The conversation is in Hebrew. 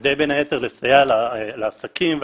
כדי בין היתר לסייע לעסקים ולקמעונאים.